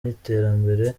y’iterambere